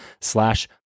slash